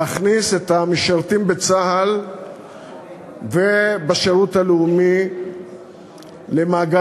להכניס את המשרתים בצה"ל ובשירות הלאומי למעגל